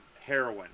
Heroin